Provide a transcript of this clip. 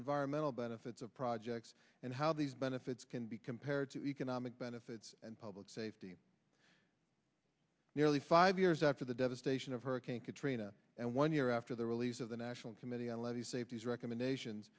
environmental benefits of projects and how these benefits can be compared to economic benefits and public safety nearly five years after the devastation of hurricane katrina and one year after the release of the national committee on levee safety's recommendations